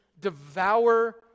devour